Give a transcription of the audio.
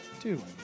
Two